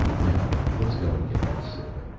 now let's go and get that cytha.